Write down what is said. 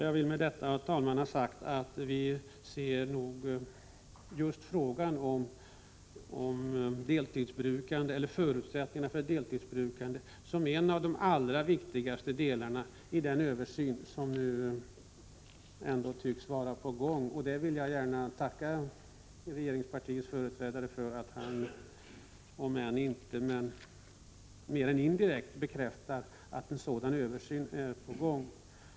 Jag vill med detta, herr talman, ha sagt att vi ser frågan om förutsättningarna för deltidsbrukande som en av de allra viktigaste delarna i den översyn som nu ändå tycks vara på gång. Jag vill gärna tacka regeringspartiets företrädare för att han, om än inte mer än indirekt, bekräftar att en sådan översyn kommer att göras.